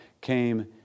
came